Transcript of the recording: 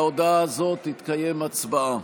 על ההודעה הזאת תתקיים הצבעה.